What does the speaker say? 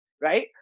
Right